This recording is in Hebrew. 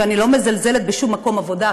ואני לא מזלזלת בשום מקום עבודה,